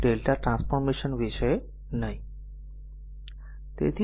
Δ transformation વિશે નહિ